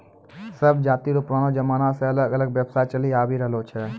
सब जाति रो पुरानो जमाना से अलग अलग व्यवसाय चलि आवि रहलो छै